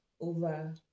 over